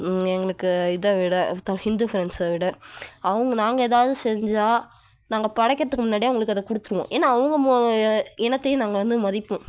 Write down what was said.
எங்களுக்கு இதை விட இந்து ஃப்ரெண்ட்ஸ்ஸை விட அவங்க நாங்கள் ஏதாவது செஞ்சால் நாங்கள் படைக்கிறதுக்கு முன்னாடியே அவங்களுக்கு அதை கொடுத்துடுவோம் ஏன்னால் அவங்க இனத்தையும் நாங்கள் வந்து மதிப்போம்